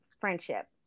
friendship